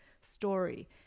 story